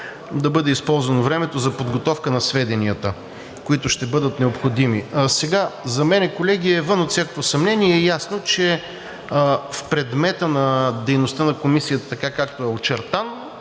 да бъде използвано времето за подготовка на сведенията, които ще бъдат необходими. Сега за мен, колеги, е вън от всякакво съмнение и е ясно, че в предмета на дейността на Комисията така, както е очертан